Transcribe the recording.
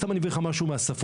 אני סתם מביא לך משהו מהספרות,